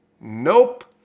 Nope